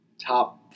top